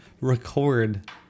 record